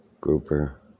grouper